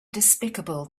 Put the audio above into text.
despicable